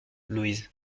louise